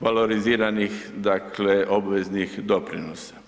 valoriziranih dakle obveznih doprinosa.